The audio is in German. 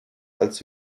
als